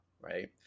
right